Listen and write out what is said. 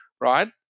right